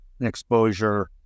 exposure